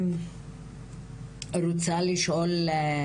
אני רוצה לשאול,